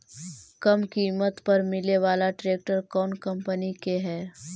कम किमत पर मिले बाला ट्रैक्टर कौन कंपनी के है?